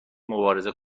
مبارزه